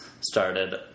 started